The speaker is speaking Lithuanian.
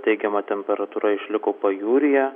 teigiama temperatūra išliko pajūryje